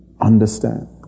understand